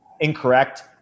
incorrect